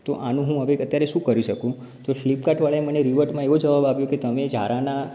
તો આનું હું હવે અત્યારે શું કરી શકું તો ફ્લિપકાર્ટવાળાએ મને રીવર્ટમાં એવો જવાબ આપ્યો કે તમે ઝારાના